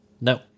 No